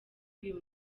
uyu